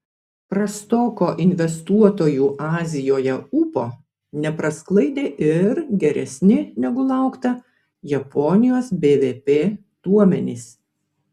prastoko investuotojų azijoje ūpo neprasklaidė ir geresni negu laukta japonijos bvp duomenys